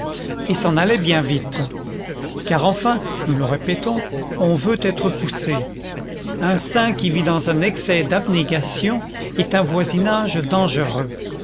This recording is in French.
et s'en allaient bien vite car enfin nous le répétons on veut être poussé un saint qui vit dans un excès d'abnégation est un voisinage dangereux